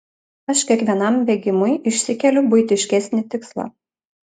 aš kiekvienam bėgimui išsikeliu buitiškesnį tikslą